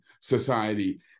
society